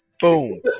Boom